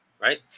right